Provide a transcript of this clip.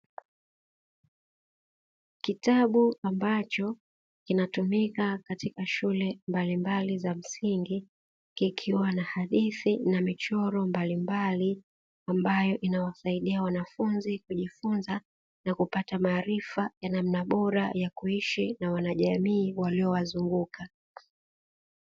Kitabu ambacho kinatumika katika shule mbalimbali za Msingi, kikiwa na hadithi na michoro mbalimbali, ambayo inawasaidia wanafunzi kujifunzia na kupata maarifa ya namna bora ya kuishi na wanajamii waliowazunguka.